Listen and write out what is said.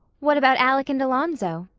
what about alec and alonzo?